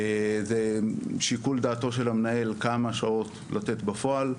זה שיקול דעתו של המנהל כמה שעות לתת בפועל,